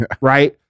right